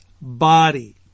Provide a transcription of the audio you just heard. body